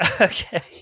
Okay